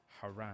Haran